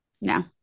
No